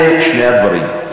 אלה שני הדברים.